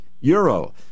euro